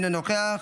אינו נוכח,